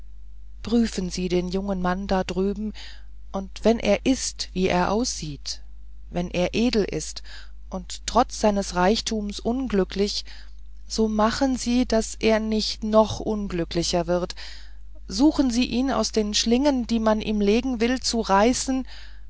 prüfen sie den jungen mann da drüben und wenn er ist wie er aussieht wenn er edel ist und trotz seines reichtums unglücklich so machen sie daß er nicht noch unglücklicher wird suchen sie ihn aus den schlingen die man um ihn legen wird zu reißen das